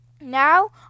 Now